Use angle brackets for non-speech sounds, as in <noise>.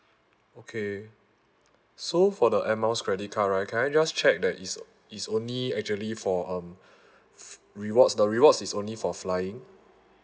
okay so for the air miles credit card right can I just check that is is only actually for um <breath> f~ rewards the rewards is only for flying